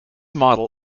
model